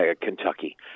Kentucky